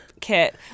kit